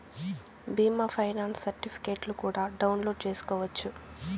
బీమా ఫైనాన్స్ సర్టిఫికెట్లు కూడా డౌన్లోడ్ చేసుకోవచ్చు